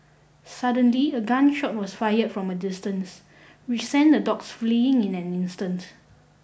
suddenly a gun shot was fired from a distance which sent the dogs fleeing in an instant